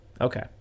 Okay